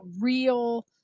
real